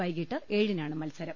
വൈകീട്ട് ഏഴിനാണ് മത്സരം